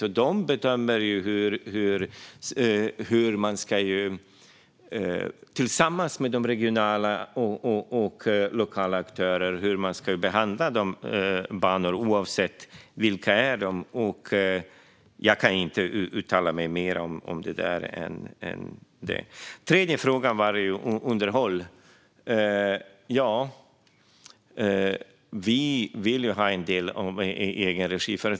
Trafikverket bedömer hur man tillsammans med de regionala och lokala aktörerna ska behandla dessa banor, oavsett vilka de är. Jag kan inte uttala mig om detta mer än så. Den tredje frågan handlade om underhåll. Vi vill ju ha en del i egen regi.